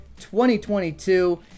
2022